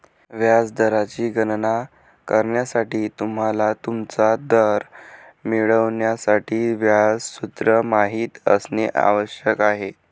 व्याज दराची गणना करण्यासाठी, तुम्हाला तुमचा दर मिळवण्यासाठी व्याज सूत्र माहित असणे आवश्यक आहे